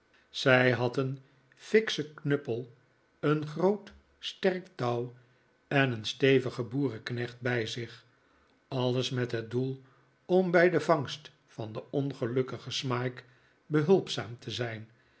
zij had een fikschen knuppel een groot sterk touw en een stevigen boerenknecht bij zich alles met het doel om bij de vangst van den ongelukkigen smike behulpzaam te zijn